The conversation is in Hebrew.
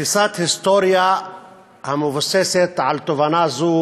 תפיסת היסטוריה המבוססת על תובנה זו